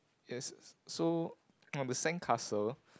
yes so on the sandcastle